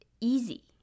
easy